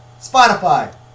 Spotify